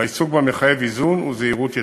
והעיסוק בה מחייב איזון וזהירות יתרה.